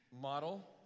model